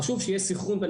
חשוב שיהיה סנכרון.